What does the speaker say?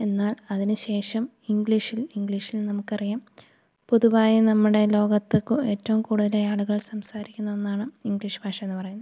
എന്നാൽ അതിനുശേഷം ഇംഗ്ലീഷിൽ നമുക്കറിയാം പൊതുവായ നമ്മുടെ ലോകത്ത് എറ്റവും കൂടുതലായി ആളുകൾ സംസാരിക്കുന്ന ഒന്നാണ് ഇംഗ്ലീഷ് ഭാഷ എന്നു പറയുന്നത്